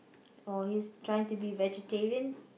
or is trying to be vegetarian